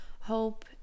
hope